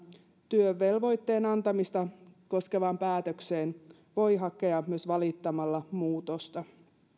työvelvoitteen antamista koskevaan päätökseen voi hakea myös valittamalla muutosta